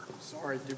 Sorry